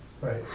Right